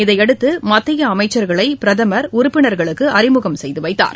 இதனையடுத்து மத்திய அமைச்சர்களை பிரதமர் உறுப்பினர்களுக்கு அறிமுகம் செய்து வைத்தார்